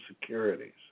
securities